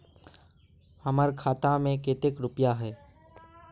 हमर खाता में केते रुपया है?